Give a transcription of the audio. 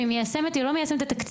אם היא מיישמת או לא מיישמת את התקציב.